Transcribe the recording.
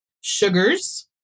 sugars